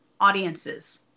audiences